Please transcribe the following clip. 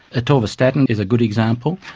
ah atorvastatin is a good example.